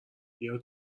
بیا